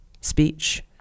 speech